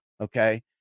okay